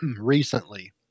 recently